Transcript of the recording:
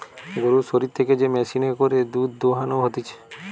গরুর শরীর থেকে যে মেশিনে করে দুধ দোহানো হতিছে